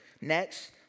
Next